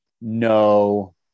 no